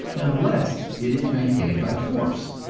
unless it is maintained by force.